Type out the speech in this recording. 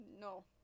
no